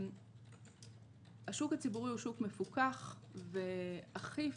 השוק הציבורי הוא שוק מפוקח ואכיף,